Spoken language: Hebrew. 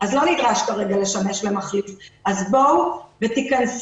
אז לא נדרש כרגע לשמש כמחליף אז בואו ותיכנסו